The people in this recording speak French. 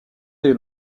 des